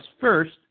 first